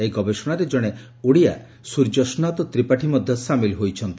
ଏହି ଗବେଷଣାରେ ଜଶେ ଓଡିଆ ସୂର୍ଯ୍ୟସ୍ନାତ ତ୍ରିପାଠୀ ମଧ୍ଧ ସାମିଲ ହୋଇଛନ୍ତି